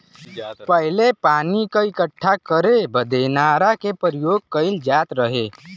पहिले पानी क इक्कठा करे बदे नारा के परियोग कईल जात रहे